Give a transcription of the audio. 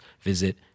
visit